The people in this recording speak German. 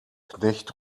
knecht